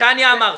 נתניה אמרת.